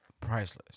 priceless